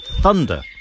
thunder